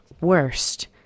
worst